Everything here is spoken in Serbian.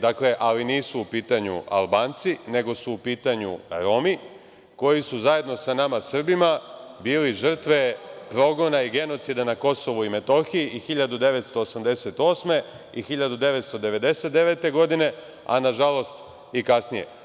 Dakle, nisu u pitanju Albanci, nego su u pitanju Romi koji su zajedno sa nama Srbima bili žrtve progona i genocida na Kosovu i Metohiji i 1988. i 1999. godine, a na žalost i kasnije.